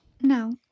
No